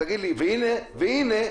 והנה,